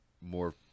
more